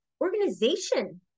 organization